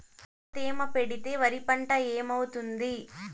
తక్కువ తేమ పెడితే వరి పంట ఏమవుతుంది